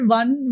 one